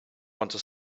wanta